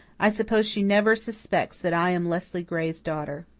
i suppose she never suspects that i am leslie gray's daughter.